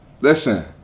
Listen